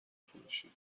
فروشی